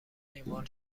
اعمال